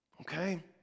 okay